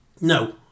no